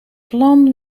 plan